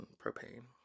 propane